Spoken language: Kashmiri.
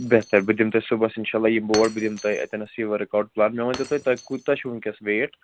بہتر بہٕ دِمہٕ تۄہہِ صُبَحس اِنشاء اللہ یِمہٕ بہٕ اور بہٕ دِمہٕ تۄہہِ اَتٮ۪نَس یہِ ؤرٕک آوُٹ پُلان مےٚ ؤنۍتَو تُہۍ تۄہہِ کوٗتاہ چھُ وُنکٮ۪س ویٹ